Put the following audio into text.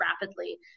rapidly